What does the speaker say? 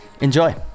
enjoy